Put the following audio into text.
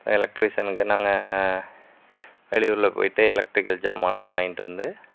எலெக்ட்ரீஷன்க்கு நாங்கள் வெளியூரில் போய்ட்டு எலக்ட்ரிக்கல் ஜாமான்லாம் வாங்கிட்டு வந்து